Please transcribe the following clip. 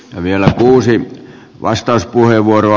vielä kuusi vastauspuheenvuoroa